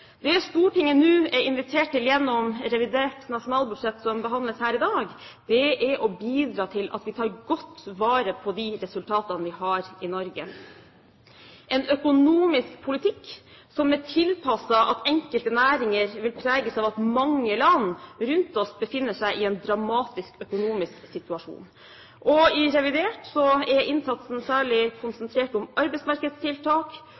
Det Stortinget nå er invitert til gjennom revidert nasjonalbudsjett som behandles her i dag, er å bidra til at vi tar godt vare på de resultatene vi har i Norge – en økonomisk politikk som er tilpasset at enkelte næringer vil preges av at mange land rundt oss befinner seg i en dramatisk økonomisk situasjon. Og i revidert er innsatsen særlig